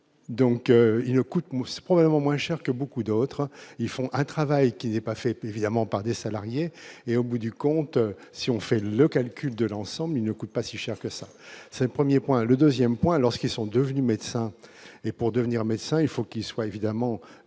donc il ne coûte, c'est probablement moins cher que beaucoup d'autres, ils font un travail qui n'est pas faite évidemment par des salariés et au bout du compte, si on fait le calcul de l'ensemble ne coûte pas si cher que ça, c'est le 1er point le 2ème point lorsqu'ils sont devenus médecins et pour devenir médecin, il faut qu'ils soient évidemment